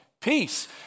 Peace